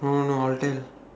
no no no I will tell